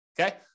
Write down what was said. Okay